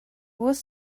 was